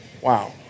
Wow